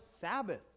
Sabbath